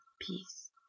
peace